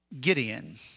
Gideon